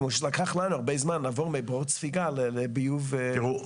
כמו שלקח לנו הרבה זמן לעבור מבורות ספיגה לביוב --- תראו,